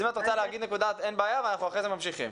אז אם את רוצה להגיד נקודה אין בעיה ואנחנו אחרי זה ממשיכים.